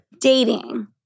Dating